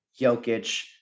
Jokic